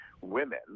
women